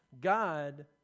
God